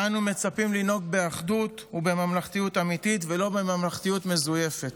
ואנו מצפים לנהוג באחדות ובממלכתיות אמיתית ולא בממלכתיות מזויפת.